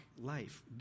life